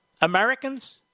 Americans